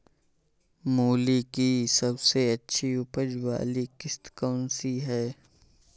मूली की सबसे अच्छी उपज वाली किश्त कौन सी है?